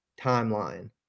timeline